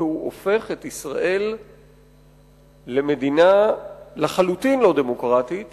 כי הוא הופך את ישראל למדינה לחלוטין לא דמוקרטית